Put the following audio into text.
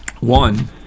One